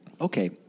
okay